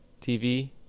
TV